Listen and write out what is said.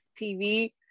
TV